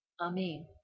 Amen